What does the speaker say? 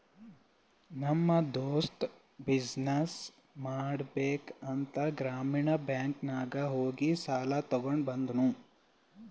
ನಮ್ ದೋಸ್ತ ಬಿಸಿನ್ನೆಸ್ ಮಾಡ್ಬೇಕ ಅಂತ್ ಗ್ರಾಮೀಣ ಬ್ಯಾಂಕ್ ನಾಗ್ ಹೋಗಿ ಸಾಲ ತಗೊಂಡ್ ಬಂದೂನು